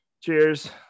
Cheers